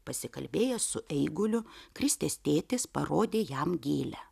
pasikalbėjo su eiguliu kristės tėtis parodė jam gėlę